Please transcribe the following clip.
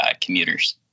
commuters